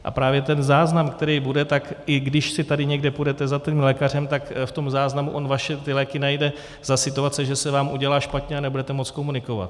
A právě ten záznam, který bude, tak i když si tady někde půjdete za lékařem, tak on v tom záznamu vaše léky najde za situace, že se vám udělá špatně a nebudete moci komunikovat.